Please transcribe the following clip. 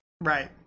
Right